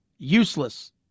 Useless